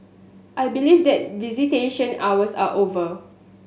I believe that visitation hours are over